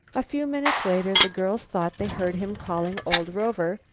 a few minutes later the girls thought they heard him calling old rover,